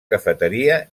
cafeteria